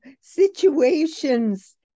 situations